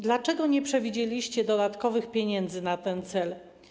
Dlaczego jednak nie przewidzieliście dodatkowych pieniędzy na ten cel?